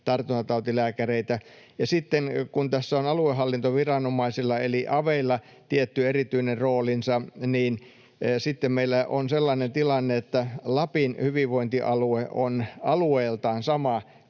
tartuntatautilääkäreitä. Ja sitten kun tässä on aluehallintoviranomaisilla eli aveilla tietty erityinen roolinsa, niin sitten meillä on sellainen tilanne, että Lapin hyvinvointialue on alueeltaan sama